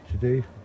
today